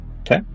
Okay